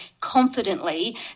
confidently